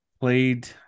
played